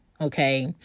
okay